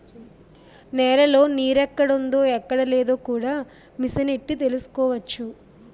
నేలలో నీరెక్కడుందో ఎక్కడలేదో కూడా మిసనెట్టి తెలుసుకోవచ్చు